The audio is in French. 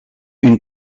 une